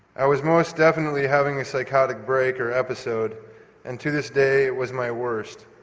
i was most definitely having a psychotic break or episode and, to this day, it was my worst.